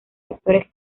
actores